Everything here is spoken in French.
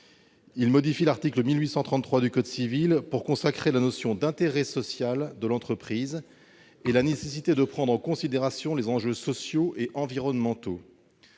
il modifie l'article 1833 du code civil pour consacrer la notion d'intérêt social de l'entreprise et la nécessité de prendre en considération les enjeux sociaux et environnementaux.